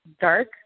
dark